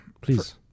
Please